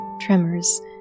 tremors